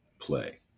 play